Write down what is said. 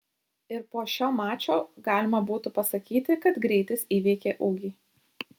ir po šio mačo galima būtų pasakyti kad greitis įveikė ūgį